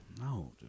No